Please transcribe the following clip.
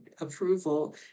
approval